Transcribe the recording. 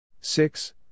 Six